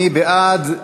מי בעד?